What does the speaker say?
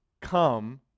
come